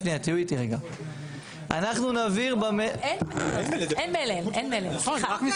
לא, אין מלל, סליחה.